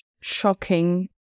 shocking